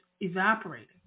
evaporating